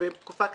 בתקופה קצרה.